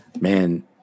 man